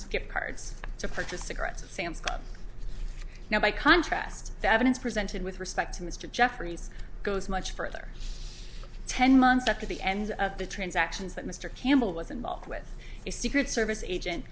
gift cards to purchase cigarettes at sam's club now by contrast the evidence presented with respect to mr jeffries goes much further ten months after the end of the transactions that mr campbell was involved with a secret service agent